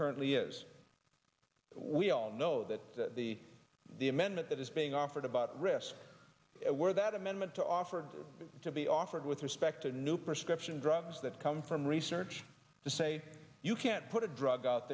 currently is we all know that the the amendment that is being offered about risk where that amendment to offer and to be offered with respect to new prescription drugs that come from research to say you can't put a drug out